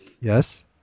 Yes